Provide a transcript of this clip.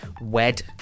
wed